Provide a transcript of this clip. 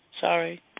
Sorry